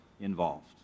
involved